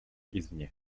извне